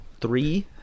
Three